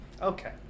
Okay